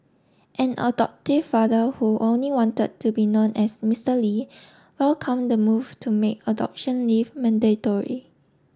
an adoptive father who only wanted to be known as Mister Li welcomed the move to make adoption leave mandatory